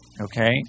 okay